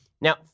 Now